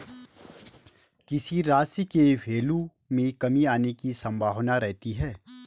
किसी राशि के वैल्यू में कमी आने की संभावना रहती है